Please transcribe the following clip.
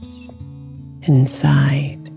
inside